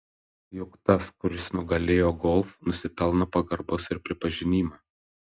juk tas kuris nugalėjo golf nusipelno pagarbos ir pripažinimo